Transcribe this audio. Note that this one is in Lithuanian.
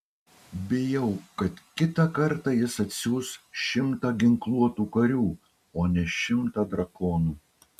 bijau kad kitą kartą jis atsiųs šimtą ginkluotų karių o ne šimtą drakonų